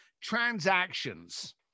transactions